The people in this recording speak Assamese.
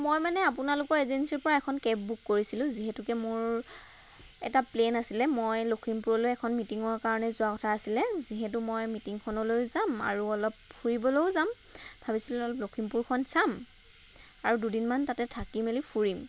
মই মানে আপোনালোকৰ এজেঞ্চিৰ পৰা এখন কেব বুক কৰিছিলোঁ যিহেতুকে মোৰ এটা প্লেন আছিলে মই লখিমপুৰলৈ এখন মিটিংৰ কাৰণে যোৱাৰ কথা আছিলে যিহেতু মই মিটিংখনলৈও যাম আৰু অলপ ফুৰিবলৈও যাম ভাবিছিলোঁ অলপ লখিমপুৰখন চাম আৰু দুদিনমান তাতে থাকি মেলি ফুৰিম